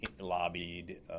lobbied